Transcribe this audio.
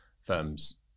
firms